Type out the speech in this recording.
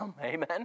Amen